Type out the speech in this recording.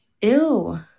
Ew